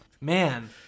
Man